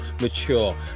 mature